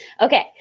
Okay